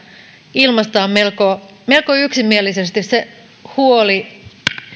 ilmastaan melko melko yksimielisesti se huoli